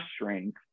strength